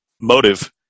motive